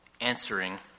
answering